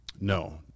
no